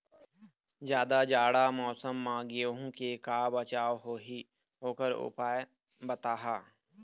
जादा जाड़ा मौसम म गेहूं के का बचाव होही ओकर उपाय बताहा?